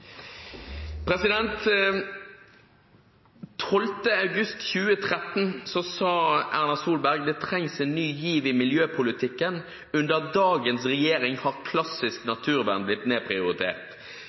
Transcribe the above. august 2013 sa Erna Solberg: «Det trengs en ny giv i miljøpolitikken. Under dagens regjering har klassisk naturvern blitt nedprioritert.»